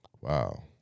Wow